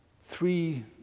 three